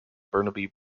burnaby